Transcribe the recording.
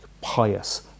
pious